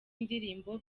indirimbo